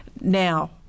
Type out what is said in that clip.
Now